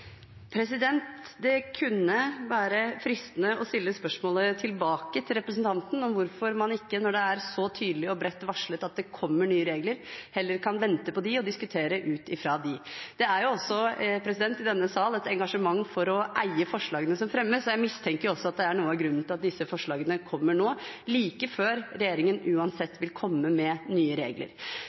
Det kunne være fristende å stille spørsmål tilbake til representanten om hvorfor man ikke, når det er så tydelig og bredt varslet at det kommer nye regler, heller kan vente på dem og diskutere ut fra dem. Det er også i denne sal et engasjement for å eie forslagene som fremmes, og jeg mistenker at det er noe av grunnen til at disse forslagene kommer nå, like før regjeringen uansett vil komme med nye regler.